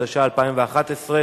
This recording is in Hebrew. התשע"א 2011,